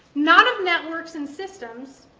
not of networks and systems,